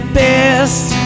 best